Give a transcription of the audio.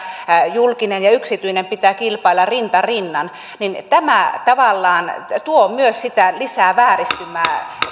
julkisen ja yksityisen pitää kilpailla rinta rinnan tavallaan tuovat myös lisää vääristymää